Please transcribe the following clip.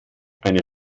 eine